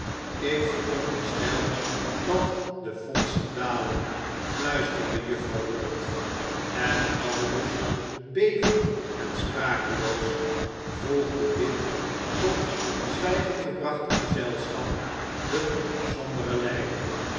ik veronderstel dat de fondsen dalen fluisterde juffrouw wirt en aldus bevend en sprakeloos volgde dit tot zwijgen gebrachte gezelschap hun somberen leider